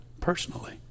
personally